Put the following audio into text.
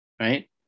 Right